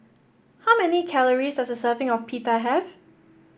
how many calories does a serving of Pita have